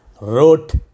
wrote